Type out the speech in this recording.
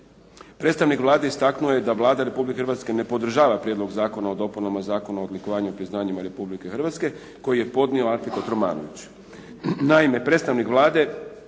Predstavnik Vlade istaknuo je da Vlada Republike Hrvatske ne podržava Prijedlog zakona o dopunama Zakona o odlikovanju i priznanju Republike Hrvatske koji je podnio Ante Kotromanović.